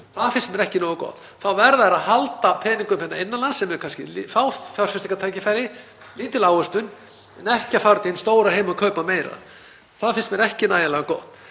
Það finnst mér ekki nógu gott. Þá verða þeir að halda peningum hérna innan lands þar sem eru kannski fá fjárfestingartækifæri, lítil ávöxtun, en ekki fara út í hinn stóra heim og kaupa meira. Það finnst mér ekki nægilega gott.